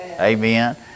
Amen